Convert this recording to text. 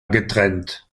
getrennt